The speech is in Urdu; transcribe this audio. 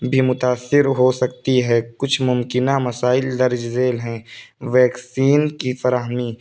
بھی متاثر ہو سکتی ہے کچھ ممکنہ مسائل درج ذیل ہیں ویکیسن کی فراہمی